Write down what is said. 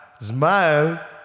smile